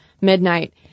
midnight